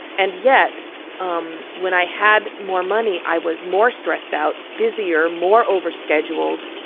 and yet um when i had more money, i was more stressed out, busier, more overscheduled,